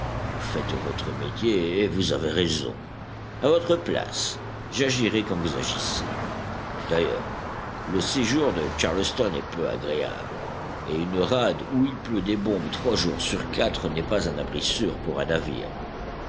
vous faites votre métier et vous avez raison a votre place j'agirais comme vous agissez d'ailleurs le séjour de charleston est peu agréable et une rade où il pleut des bombes trois jours sur quatre n'est pas un abri sûr pour un navire